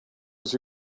was